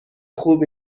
خوب